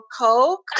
Coke